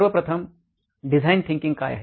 सर्व प्रथम design thinking काय आहे